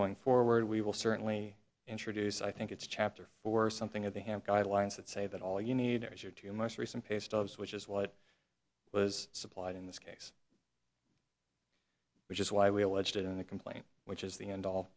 going forward we will certainly introduce i think it's chapter four something that they have guidelines that say that all you need is your two most recent paystubs which is what was supplied in this case which is why we alleged it in the complaint which is the end all